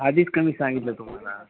आधीच कमी सांगितलं तुम्हाला